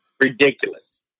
Ridiculous